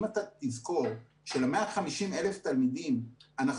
אם תזכור של-150,000 תלמידים אנחנו